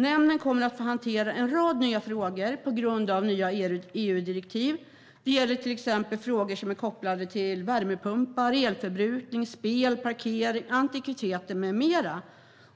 Nämnden kommer att få hantera en rad nya frågor på grund av nya EU-direktiv. Det gäller till exempel frågor som är kopplade till värmepumpar, elförbrukning, spel, parkering, antikviteter med mera.